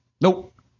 nope